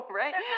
right